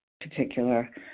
particular